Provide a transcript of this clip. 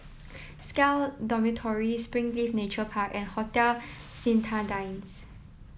SCAL Dormitory Springleaf Nature Park and Hotel Citadines